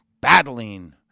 battling